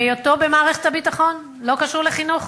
בהיותו במערכת הביטחון, לא קשור לחינוך.